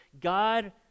God